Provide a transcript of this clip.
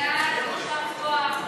סעיפים 1 9 נתקבלו.